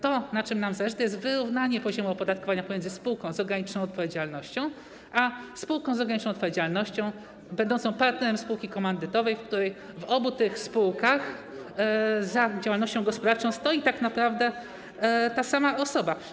To, na czym nam zależy, to jest wyrównanie poziomu opodatkowania pomiędzy spółką z ograniczoną odpowiedzialnością a spółką z ograniczoną odpowiedzialnością będącą partnerem spółki komandytowej w sytuacji, w której w obu tych spółkach za działalnością gospodarczą stoi tak naprawdę ta sama osoba.